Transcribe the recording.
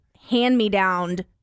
hand-me-downed